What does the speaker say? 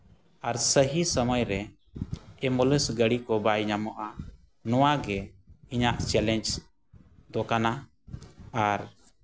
ᱟᱨ ᱥᱟᱹᱦᱤ ᱥᱚᱢᱚᱭ ᱨᱮ ᱮᱢᱵᱩᱞᱮᱱᱥ ᱜᱟᱹᱰᱤ ᱠᱚ ᱵᱟᱭ ᱧᱟᱢᱚᱜᱼᱟ ᱱᱚᱣᱟ ᱜᱮ ᱤᱧᱟᱹᱜ ᱪᱮᱞᱮᱧᱡᱽ ᱫᱚ ᱠᱟᱱᱟ ᱟᱨ